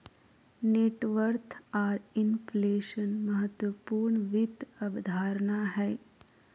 net worth आर inflation महत्वपूर्ण वित्त अवधारणा हय